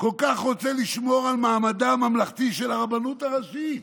כל כך רוצה לשמור על מעמדה הממלכתי של הרבנות הראשית?